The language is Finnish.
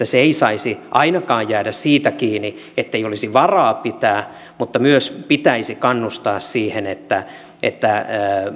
se ei saisi jäädä ainakaan siitä kiinni ettei olisi varaa niitä pitää mutta myös pitäisi kannustaa siihen että että